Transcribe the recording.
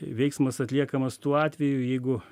veiksmas atliekamas tuo atveju jeigu